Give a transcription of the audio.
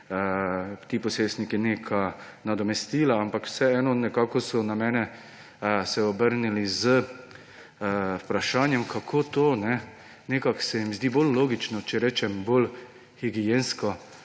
prejemali neka nadomestila. Ampak vseeno, na mene so se obrnili z vprašanjem, kako to. Nekako se jim zdi bolj logično, če rečem bolj higiensko,